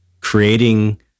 creating